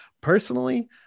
personally